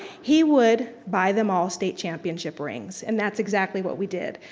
he would buy them all state championship rings and that's exactly what we did.